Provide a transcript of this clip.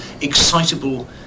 Excitable